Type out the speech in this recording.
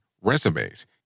resumes